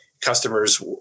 customers